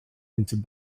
into